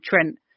Trent